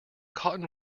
cotton